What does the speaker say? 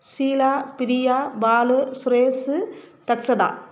Sheila Priya Balu Suresh Dakshata